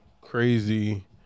Crazy